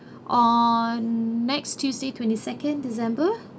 on next tuesday twenty second december